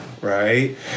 right